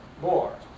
more